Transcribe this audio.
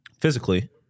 physically